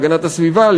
להגנת הסביבה,